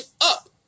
up